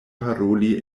paroli